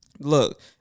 look